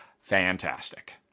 fantastic